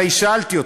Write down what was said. הרי שאלתי אותך.